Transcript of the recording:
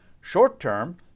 Short-term